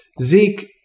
Zeke